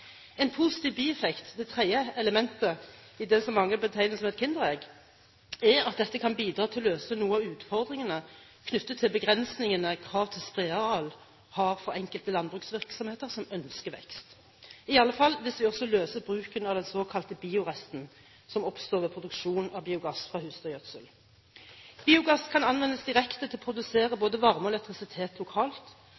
En positiv bieffekt – det tredje elementet i det som mange betegner som «et kinderegg» – er at dette kan bidra til å møte noen av utfordringene knyttet til de begrensningene krav til spredeareal har for enkelte landbruksvirksomheter som ønsker vekst, i alle fall hvis vi også løser bruken av den såkalte bioresten som oppstår ved produksjon av biogass fra husdyrgjødsel. Biogass kan anvendes direkte til å produsere